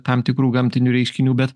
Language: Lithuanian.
tam tikrų gamtinių reiškinių bet